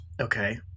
Okay